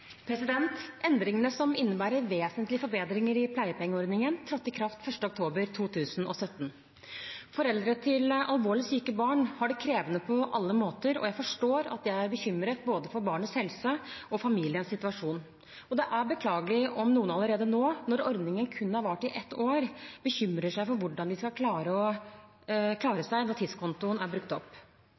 Endringene, som innebærer vesentlige forbedringer i pleiepengeordningen, trådte i kraft 1. oktober 2017. Foreldre til alvorlig syke barn har det krevende på alle måter, og jeg forstår at de er bekymret både for barnets helse og for familiens situasjon. Det er beklagelig om noen allerede nå, når ordningen kun har vart i ett år, bekymrer seg for hvordan de skal klare seg når tidskontoen er brukt opp.